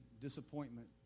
disappointment